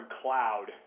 cloud